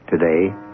today